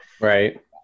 Right